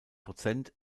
prozent